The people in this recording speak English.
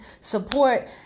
support